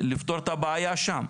לפתור את הבעיה שם.